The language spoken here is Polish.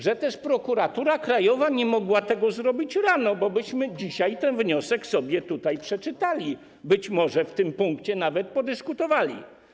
Że też Prokuratura Krajowa nie mogła tego zrobić rano, bo byśmy dzisiaj ten wniosek sobie tutaj przeczytali, a być może nawet w tym punkcie o tym podyskutowali.